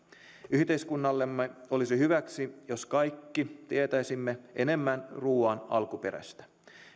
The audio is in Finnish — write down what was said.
yhteiskunnallemme olisi hyväksi jos kaikki tietäisimme enemmän ruuan alkuperästä